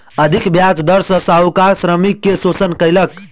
अधिक ब्याज दर सॅ साहूकार श्रमिक के शोषण कयलक